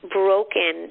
broken